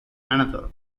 another